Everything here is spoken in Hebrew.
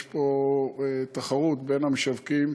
יש פה תחרות בין המשווקים.